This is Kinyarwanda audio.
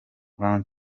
run